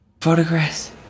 photographs